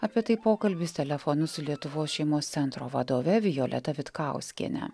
apie tai pokalbis telefonu su lietuvos šeimos centro vadove violeta vitkauskiene